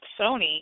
Sony